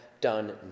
done